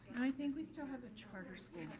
i think we still have a charter so